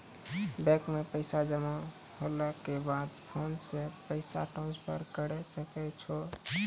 bank मे पैसा जमा होला के बाद फोन से पैसा ट्रांसफर करै सकै छौ